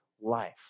life